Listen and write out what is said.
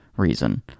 reason